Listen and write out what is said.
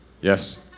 Yes